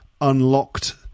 unlocked